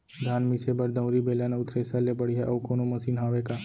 धान मिसे बर दउरी, बेलन अऊ थ्रेसर ले बढ़िया अऊ कोनो मशीन हावे का?